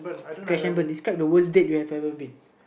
crash and burn describe the worst date you have ever been